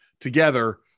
together